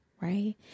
Right